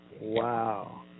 Wow